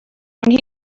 when